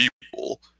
people